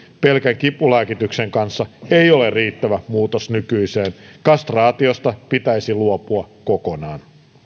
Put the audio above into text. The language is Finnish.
pelkän kipulääkityksen kanssa ei ole riittävä muutos nykyiseen kastraatiosta pitäisi luopua kokonaan